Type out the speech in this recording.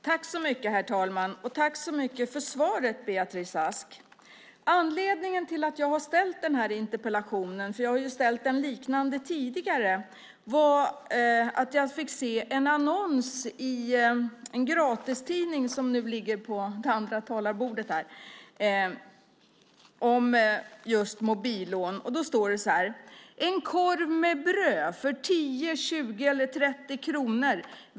Herr talman! Tack så mycket för svaret, Beatrice Ask! Anledningen till att jag har ställt den här interpellationen - jag har ju ställt en liknande tidigare - var att jag fick se en annons i en gratistidning om just mobillån. Där står det så här: "En korv med bröd för 10, 20 eller 30 kronor.